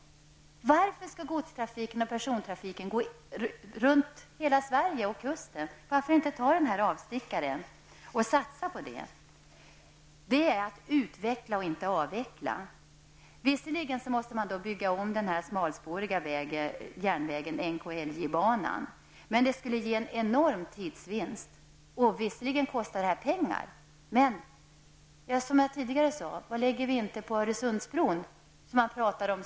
Varför skall gods och persontrafiken gå runt hela Sverige och kusten? Varför inte göra denna avstickare? Detta är att utveckla, inte avveckla. Visserligen måste den smalspåriga järnvägen, nkLj-banan byggas om. Men det skulle ge en enorm tidsvinst. Visserligen kostar detta pengar, men vad läggs inte på Öresundsbron?